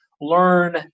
learn